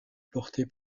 porté